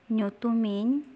ᱧᱩᱛᱩᱢᱤᱧ